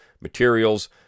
materials